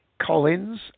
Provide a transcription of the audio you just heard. Collins